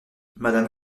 madame